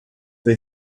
they